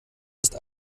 ist